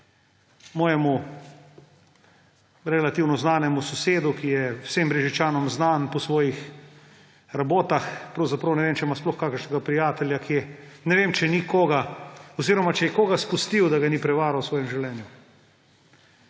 svojemu relativno znanemu sosedu, ki je vsem Brežičanom znan po svojih rabotah; pravzaprav ne vem, če ima sploh kakšnega prijatelja kje, ne vem, če ni koga oziroma če je koga izpustil, da ga ni prevaral v svojem življenju.